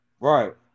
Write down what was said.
Right